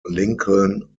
lincoln